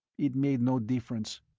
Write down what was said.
it made no difference.